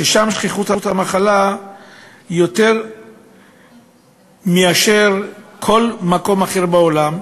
ושם שכיחות המחלה היא יותר מאשר בכל מקום אחר בעולם.